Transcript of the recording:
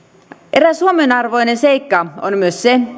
eräs huomionarvoinen seikka on myös se